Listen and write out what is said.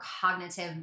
cognitive